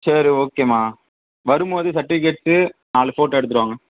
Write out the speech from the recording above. சரி ஓகேம்மா வரும்போது சர்டிஃபிகேட்டு நாலு போட்டோ எடுத்துகிட்டு வாங்க